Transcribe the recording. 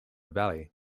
valley